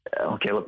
Okay